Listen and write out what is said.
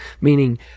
meaning